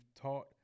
taught